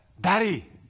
daddy